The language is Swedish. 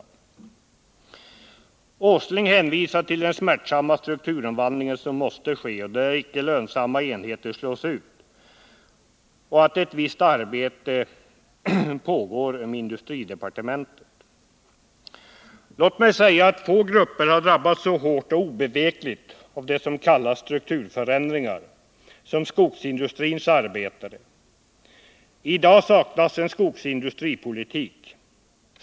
Industriminister Åsling hänvisar till den smärtsamma strukturomvandling som måste ske, där icke lönsamma enheter slås ut, och till att visst arbete pågår inom industridepartementet. Få grupper har drabbats så hårt och obevekligt av det som kallas strukturförändringar som skogsindustrins arbetare. I dag saknas en skogsindustripolitik.